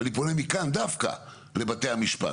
ואני פונה מכאן דווקא לבתי המשפט,